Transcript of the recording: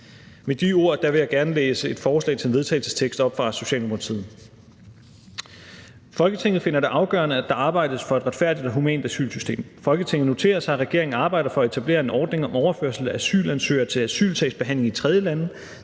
Med de ord vil jeg gerne læse et forslag til vedtagelse fra Socialdemokratiet op: Forslag til vedtagelse »Folketinget finder det afgørende, at der arbejdes for et retfærdigt og humant asylsystem. Folketinget noterer sig, at regeringen arbejder for at etablere en ordning om overførsel af asylansøgere til asylsagsbehandling i tredjelande,